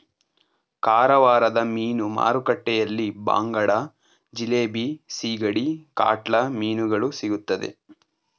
ಕಾರವಾರದ ಮೀನು ಮಾರುಕಟ್ಟೆಯಲ್ಲಿ ಬಾಂಗಡ, ಜಿಲೇಬಿ, ಸಿಗಡಿ, ಕಾಟ್ಲಾ ಮೀನುಗಳು ಸಿಗುತ್ತದೆ